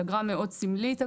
היא אגרה מאוד סמלית,